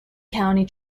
county